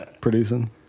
producing